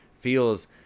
feels